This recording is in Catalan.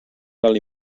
ral